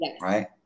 right